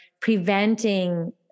preventing